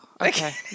okay